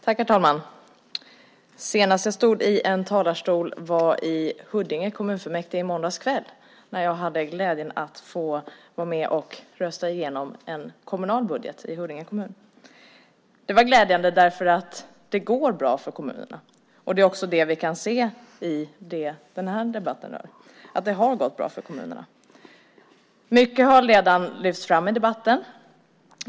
Herr talman! Senast jag stod i en talarstol var i Huddinge kommunfullmäktige i måndags kväll när jag hade glädjen att få vara med och rösta igenom en kommunal budget. Det var glädjande därför att det går bra för kommunerna, och det är också vad som framgår i den här debatten. Det har gått bra för kommunerna. Mycket har redan lyfts fram i debatten.